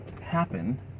happen